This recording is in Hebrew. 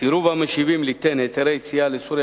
"סירוב המשיבים ליתן היתרי יציאה לסוריה